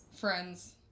Friends